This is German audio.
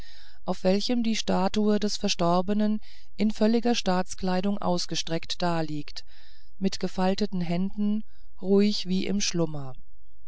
auf welchen die statue des verstorbenen in völliger staatskleidung ausgestreckt daliegt mit gefalteten händen ruhig wie im schlummer